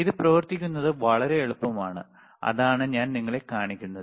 ഇത് പ്രവർത്തിക്കുന്നത് വളരെ എളുപ്പമാണ് അതാണ് ഞാൻ നിങ്ങളെ കാണിക്കുന്നത്